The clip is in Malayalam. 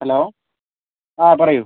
ഹലോ ആ പറയു